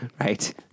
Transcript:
Right